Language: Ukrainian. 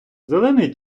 зелений